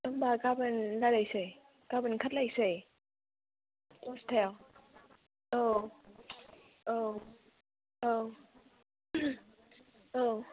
होनबा गाबोन रायलायनोसै गाबोन ओंखार लायसै दसथायाव औ औ औ औ